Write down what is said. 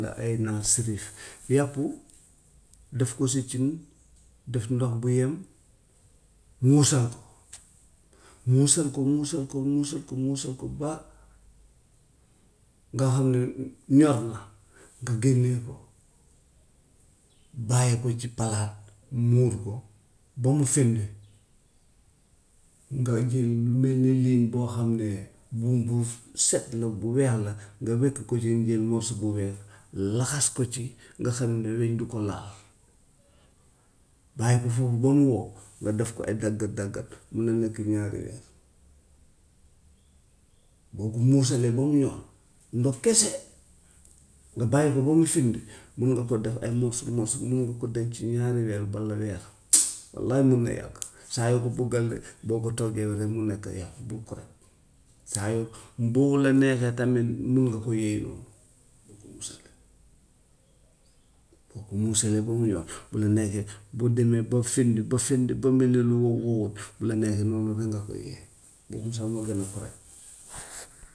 Nga ay naa sifif yàpp def ko si cin, def ndox bu yem, muusal ko, muusal ko muusal ko muusal ko muusal ko ba nga xam ne ñor na, nga génnee ko, bàyyi ko ci palaat, muur ko ba mu fendi, nga jël lu mel ni liiñ boo xam ne buum bu set la bu weex la nga wékk ko ci dem jël morso bu weex laxas ko ci, nga xam ne weñ du ko laal. Bàyyi ko foofu ba mu wow nga def ko ay dagg daggat mun na nekk ñaari weer. Boo ko muusalee ba mu ñor ndox kese, nga bàyyi ko ba mu fendi mun nga ko def ay morso morso, mun nga ko denc ñaari weer balla weer wallahi mun na yàgg. Saa yoo ko bugga lekk boo ko toggee rek mu nekk yàpp bu correct, saa yoo bu la neexee tamit mun nga koo yëyee noonu boo ko muusalee, boo ko muusalee ba mu ñor bu la neexee bu demee ba fendi ba fendi ba mel ni lu wow wow bu la neexee noonu rek nga koy yëyee, boobu sax moo gën a correct.